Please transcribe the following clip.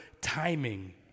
timing